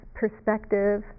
perspective